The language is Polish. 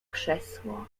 krzesło